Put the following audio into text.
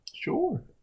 Sure